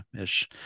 ish